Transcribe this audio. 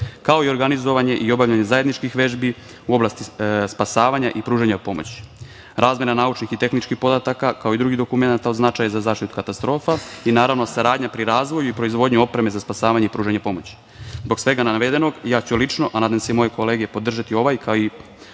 kao i organizovanje i obavljanje zajedničkih vežbi u oblasti spasavanja i pružanja pomoći, razmena naučnih i tehničkih podataka, kao i drugih dokumenata od značaja za zaštitu katastrofa i naravno saradnja pri razvoju i proizvodnji opreme za spasavanje i pružanje pomoći. Zbog svega navedenog, ja ću lično, a nadam se i moje kolege, podržati ovaj kao i